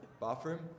bathroom